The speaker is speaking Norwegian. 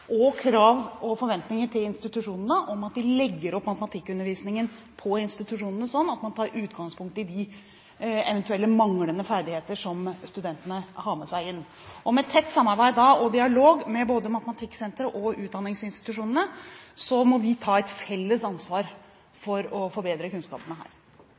og krav og forventninger til institusjonene om at de legger opp matematikkundervisningen slik at man tar utgangspunkt i de eventuelt manglende ferdighetene til studentene. Med tett samarbeid og dialog med både Matematikksenteret og utdanningsinstitusjonene må vi ta et felles ansvar for å forbedre kunnskapene her.